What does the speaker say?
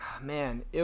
man